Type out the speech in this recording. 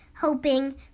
hoping